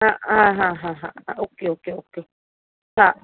हा हा हा हा ओके ओके हा